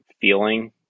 feeling